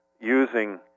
using